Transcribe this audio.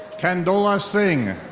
kandola singh.